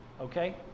okay